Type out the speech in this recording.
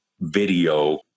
video